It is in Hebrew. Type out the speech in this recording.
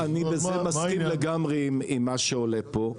אני מסכים לגמרי עם מה שעולה פה.